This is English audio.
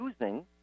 using